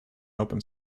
open